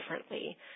differently